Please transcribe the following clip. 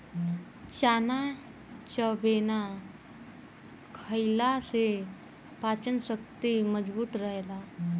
चना चबेना खईला से पाचन शक्ति मजबूत रहेला